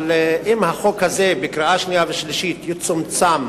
אבל אם לקראת הקריאה השנייה והקריאה השלישית החוק הזה יצומצם,